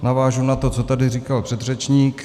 Navážu na to, co tady říkal předřečník.